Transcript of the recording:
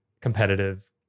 competitive